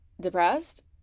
depressed